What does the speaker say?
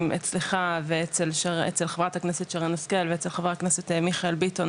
אצלך ואצל חברת הכנסת שרן השכל ואצל חבר הכנסת מיכאל ביטון,